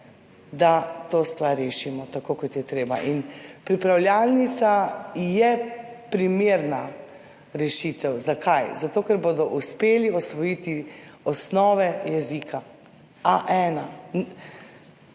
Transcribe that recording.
da to stvar rešimo tako, kot je treba. Pripravljalnica je primerna rešitev. Zakaj? Zato ker bodo uspeli osvojiti osnove jezika, A1,